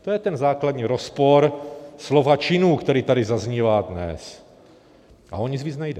To je ten základní rozpor slov a činů, který tady dnes zaznívá, a o nic víc nejde.